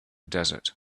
desert